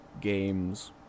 games